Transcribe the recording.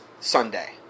Sunday